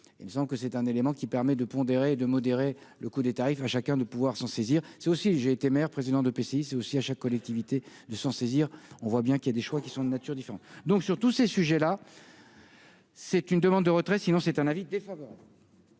et disons que c'est un élément qui permet de pondérer de modérer le coût des tarifs à chacun de pouvoir s'en saisir, c'est aussi j'ai été maire, président de PCI c'est aussi à chaque collectivité de s'en saisir, on voit bien qu'il y a des choix qui sont de nature différente donc sur tous ces sujets-là. C'est une demande de retrait, sinon c'est un avis.